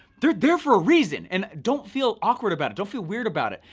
they're there for a reason and don't feel awkward about it. don't feel weird about it.